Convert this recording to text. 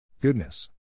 Goodness